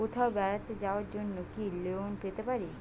কোথাও বেড়াতে যাওয়ার জন্য কি লোন পেতে পারি?